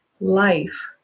life